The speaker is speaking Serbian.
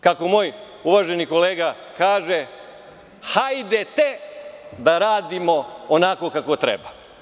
Kako moj uvaženi kolega kaže – hajdete da radimo onako kako treba.